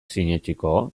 sinetsiko